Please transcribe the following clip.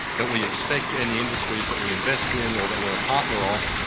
that we expect any industries that we invest in or that we are a partner of,